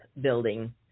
building